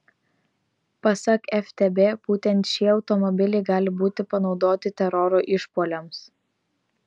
pasak ftb būtent šie automobiliai gali būti panaudoti teroro išpuoliams